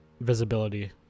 visibility